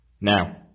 Now